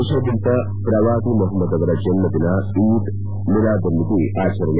ದೇಶಾದ್ಯಂತ ಪ್ರವಾದಿ ಮಹಮ್ಮದ್ ಅವರ ಜನ್ನದಿನ ಈದ್ ಮಿಲದುನ್ಯಬಿ ಆಚರಣೆ